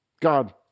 God